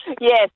Yes